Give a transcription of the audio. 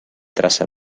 traça